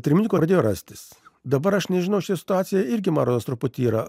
trimitininkų pradėjo rastis dabar aš nežinau šiandien situacija irgi man rodos truputį yra